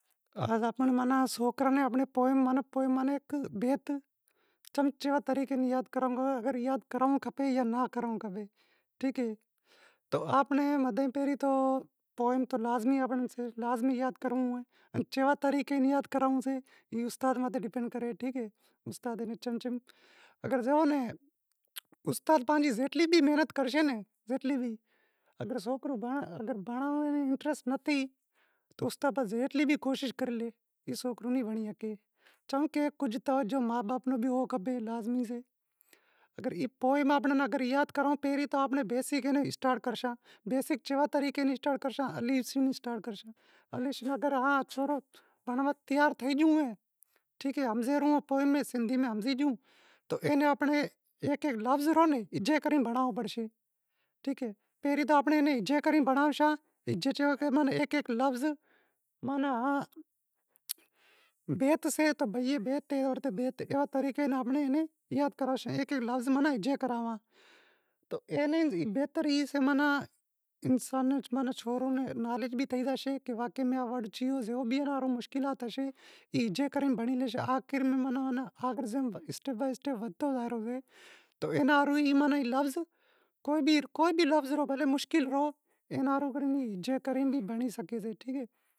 آز آنپڑے سوکراں نیں پوئیم ماناں بیت کیوے طریقے یاد کرانڑ کھپے، یاد کراونڑ کھپے یا ناں کرانونڑ کھپے، ٹھیک اے تو آپاں نیں ری پوئیم تو لازمی یاد کراونڑی اے، کیاں طریقے یاد کرانوڑی سے ای استاد ماتھے ڈپینڈ کری تو، اگر استاد آپری زیتلی بھی محنت کرسے ناں اگر سوکرے میں بھنڑنڑ ری انٹریسٹ نتھی تو استاد زیتلی بھی کوشش کرے لی او سوکرو نیں بھنڑے، چمکہ کجھ ما باپ نا بھی ہونڑ کھپے، لازمی سے، اگر پوئیم آپیں یاد کراوں تو پہریں آپاں ناں بیسک اسٹارٹ کرشاں۔ بیسک جیوے طریقے سیں اسٹارٹ کرشان الف شیں اسٹارٹ کرشان، ماناں تیار تھے گیوں، ہمزے گیوں، سندھی میں ہمزے گیوں تو ایک ایک لفظ روں ھجے کرے بھنڑانوڑوں پڑشے، پہری امیں ھجے کرے بھنڑانوشاں ایک ایک لفظ ماناں بیت سے تو بے یئ بے تے زبر ت ایوے طریقے آپیں ھجے کراوشان، ایک ایک لفظ ماناں ھجے کراواں، اینی بہتر ای سے کہ انسان، سوروں نیں نالیج بھی تھئی زائیشے کہ واقعے ای ھجے کرے بھنڑی لیشے، تو اینا ہاروں ای لازمی سے، کوئی بھی مشکل لفث نیں بھی ھجے کری بھنڑی لیشے۔